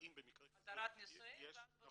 האם במקרה כזה יש --- התרת נישואין.